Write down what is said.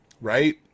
right